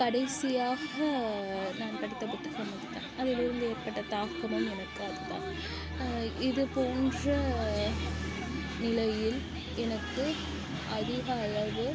கடைசியாக நான் படித்த புத்தகம் அது தான் அதிலிருந்து ஏற்பட்ட தாக்கமும் எனக்கு அதுதான் இது போன்ற நிலையில் எனக்கு அதிக அளவு